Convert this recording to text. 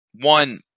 one